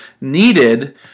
needed